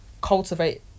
cultivate